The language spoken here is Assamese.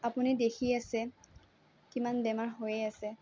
আপুনি দেখিয়ে আছে কিমান বেমাৰ হৈয়ে আছে